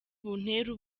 buntera